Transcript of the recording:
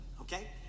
Okay